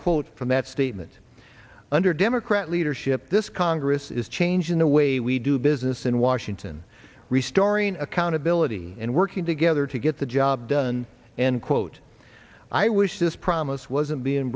quote from that statement under democrat leadership this congress is changing the way we do business in washington restoring accountability and working together to get the job done and quote i wish this promise wasn't being